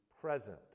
present